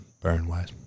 burn-wise